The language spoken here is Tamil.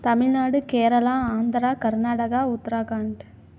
தமிழ்நாடு கேரளா ஆந்திரா கர்நாடகா உத்ராகண்ட்